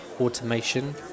automation